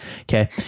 Okay